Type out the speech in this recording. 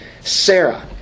Sarah